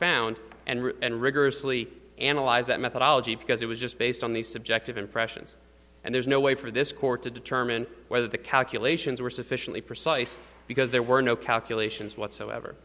found and rigorously analyze that methodology because it was just based on these subjective impressions and there's no way for this court to determine whether the calculations were sufficiently precise because there were no calculations whatsoever